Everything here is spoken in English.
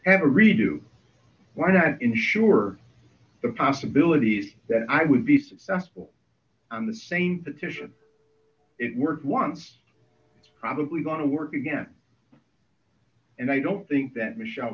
have a redo why not ensure the possibility that i would be successful on the same titian it were once probably going to work again and i don't think that michelle